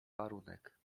warunek